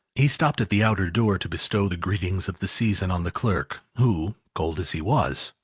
he stopped at the outer door to bestow the greetings of the season on the clerk, who, cold as he was,